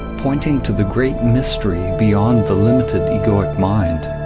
pointing to the great mystery beyond the limited egoic mind.